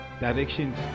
directions